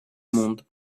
monde